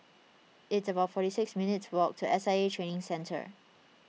it's about forty six minutes' walk to S I A Training Centre